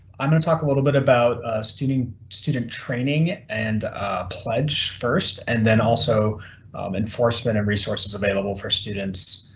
i'm gonna talk a little bit about student student training and pledge first. and then also enforcement of resources available for students